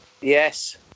Yes